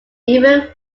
even